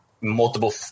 multiple